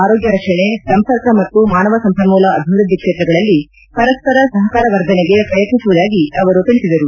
ಆರೋಗ್ಯ ರಕ್ಷಣೆ ಸಂಪರ್ಕ ಮತ್ತು ಮಾನವ ಸಂಪನ್ನೂಲ ಅಭಿವೃದ್ದಿ ಕ್ಷೇತ್ರಗಳಲ್ಲಿ ಪರಸ್ವರ ಸಹಕಾರ ವರ್ಧನೆಗೆ ಪ್ರಯತ್ನಿಸುವುದಾಗಿ ಅವರು ತಿಳಿಸಿದರು